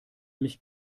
mich